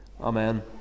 Amen